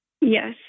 Yes